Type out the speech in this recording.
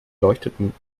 leuchteten